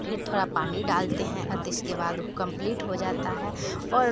फिर थोड़ा पानी डालते हैं अत इसके बाद कंप्लीट हो जाता है और